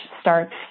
starts